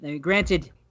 granted